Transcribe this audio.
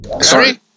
Sorry